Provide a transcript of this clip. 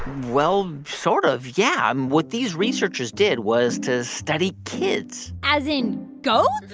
well, sort of, yeah. um what these researchers did was to study kids as in goats?